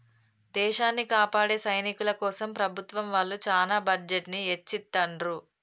దేశాన్ని కాపాడే సైనికుల కోసం ప్రభుత్వం వాళ్ళు చానా బడ్జెట్ ని ఎచ్చిత్తండ్రు